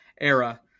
era